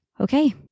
Okay